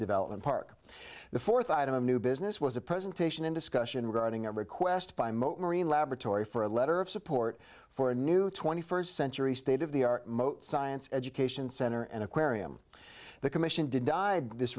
development park the fourth item of new business was a presentation in discussion regarding a request by moat marine laboratory for a letter of support for a new twenty first century state of the most science education center and aquarium the commission did die this